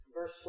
Verse